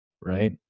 right